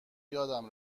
یادم